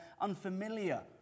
unfamiliar